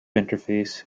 interface